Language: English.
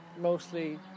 Mostly